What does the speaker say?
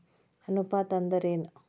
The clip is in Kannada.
ಅನುಪಾತ ಅಂದ್ರ ಏನ್?